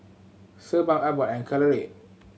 Sebamed Abbott and Caltrate